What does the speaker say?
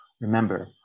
Remember